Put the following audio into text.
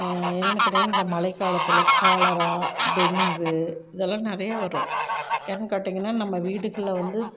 என்னனு கேட்டீங்கன்னா இந்த மழை காலத்தில் காலரா டெங்கு இதெல்லாம் நிறையா வரும் ஏன் கேட்டீங்கன்னா நம்ம வீட்டுகுள்ள வந்து